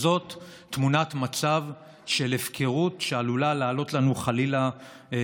זאת תמונת מצב של הפקרות שעלולה לעלות לנו באסון,